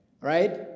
right